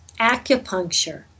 Acupuncture